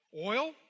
oil